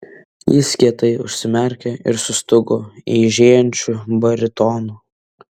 jis kietai užsimerkė ir sustūgo eižėjančiu baritonu